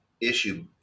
issue